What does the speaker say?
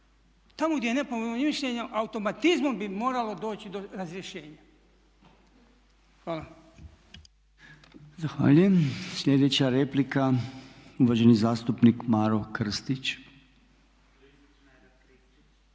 Tamo gdje je nepovoljno mišljenje automatizmom bi moralo doći do razrješenja. Hvala. **Podolnjak, Robert (MOST)** Zahvaljujem. Sljedeća replika uvaženi zastupnik Maro Kristić.